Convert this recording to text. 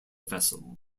vessel